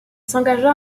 s’engagea